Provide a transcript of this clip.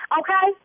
okay